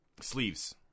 sleeves